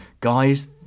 guys